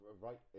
right